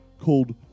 called